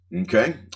okay